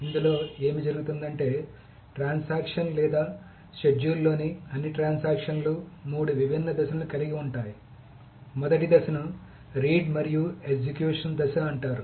ఇందులో ఏమి జరుగుతుందంటే ట్రాన్సాక్షన్ లేదా షెడ్యూల్లోని అన్ని ట్రాన్సాక్షన్ లు మూడు విభిన్న దశలను కలిగి ఉంటాయి మొదటి దశను రీడ్ మరియు ఎగ్జిక్యూషన్ దశ అంటారు